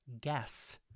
guess